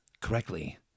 correctly